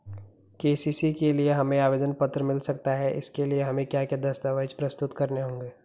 KCC के लिए हमें आवेदन पत्र मिल सकता है इसके लिए हमें क्या क्या दस्तावेज़ प्रस्तुत करने होंगे?